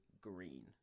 green